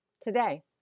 Today